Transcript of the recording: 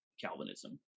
Calvinism